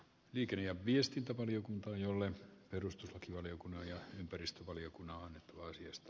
vikin ja viestintävaliokuntaan jolle perustuslakivaliokunnan ja ympäristövaliokunnan moisiosta